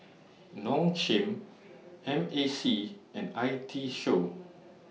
Nong Shim M A C and I T Show